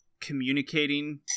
communicating